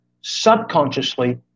subconsciously